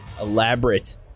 elaborate